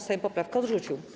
Sejm poprawkę odrzucił.